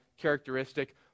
characteristic